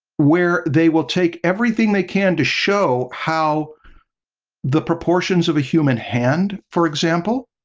where they will take everything they can to show how the proportions of a human hand, for example,